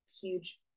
huge